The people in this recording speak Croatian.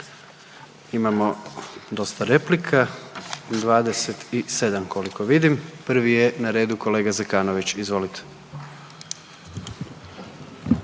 Imamo dosta replika, 27 koliko vidim. Prvi je na redu kolega Zekanović, izvolite.